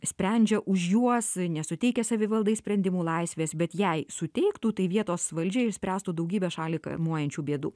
sprendžia už juos nesuteikia savivaldai sprendimų laisvės bet jei suteiktų tai vietos valdžia išspręstų daugybę šalį kamuojančių bėdų